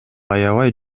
аябай